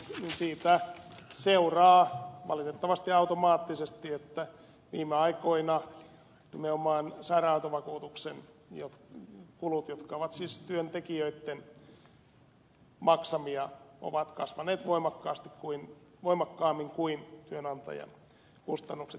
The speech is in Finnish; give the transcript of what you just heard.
siitä seuraa valitettavasti automaattisesti että viime aikoina nimenomaan sairaanhoitovakuutuksen kulut jotka ovat siis työntekijöitten maksamia ovat kasvaneet voimakkaammin kuin työnantajan kustannukset